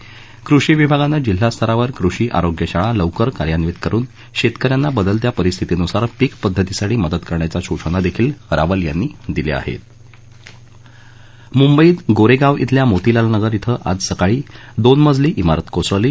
तर कृषी विभागानं जिल्हा स्तरावर कृषी आरोग्य शाळा लवकर कार्यन्वीत करुन शक्किन्यांना बदलत्या परिस्थितीनुसार पीक पद्धतीसाठी मदत करण्याच्या सूचना दक्षील रावल यांनी दिल्या आहत्त्व मुंबईत गोराप्रि शिल्या मोतीलाल नगर मध्यञाज सकाळी दोन मजली शिरत कोसळली